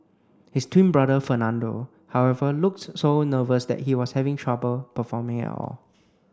his twin brother Fernando however looked so nervous that he was having trouble performing at all